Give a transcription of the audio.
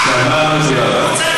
הוא ראש ממשלה,